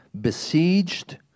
besieged